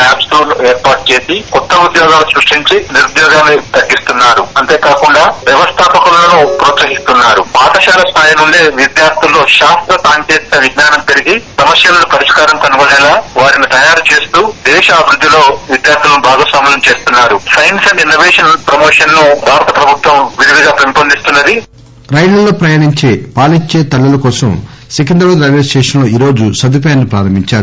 are రైళ్లల్లో ప్రయాణించే పాలిచ్చే తల్లుల కోసం సికింద్రాబాద్ రైల్వే స్టేషన్ లో ఈ రోజు సదుపాయాన్ని ప్రారంభించారు